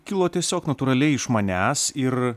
kilo tiesiog natūraliai iš manęs ir